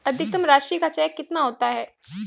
अधिकतम राशि का चेक कितना होता है?